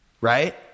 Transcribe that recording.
right